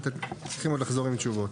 הם צריכים עוד לחזור עם תשובות.